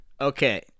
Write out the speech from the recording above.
Okay